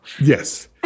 yes